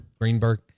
Greenberg